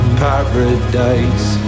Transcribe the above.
paradise